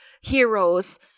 heroes